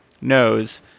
knows